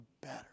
better